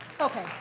Okay